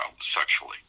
sexually